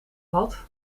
had